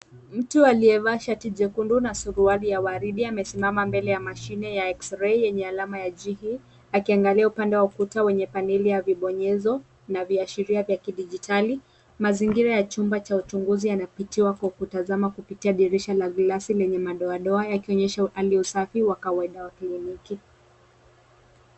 Mtu aliyevaa shati jekundu na suruali ya waridi amesimama mbele ya mashine ya eksirei yenye alama ya jihi akiangalia upande wa ukuta wenye paneli ya vibonyezo na viashiria vya kidijati. Mazingira ya chumba cha uchunguzi yanapitiwa kwa kutazama kupitia dirisha gilasi la madoadoa yakionyesha upande wa hali ya usafi wa kawaida ya kliniki.